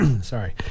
sorry